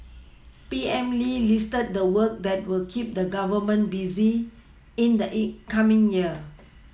P M Lee listed the work that will keep the Government busy in the coming year